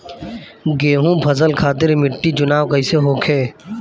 गेंहू फसल खातिर मिट्टी चुनाव कईसे होखे?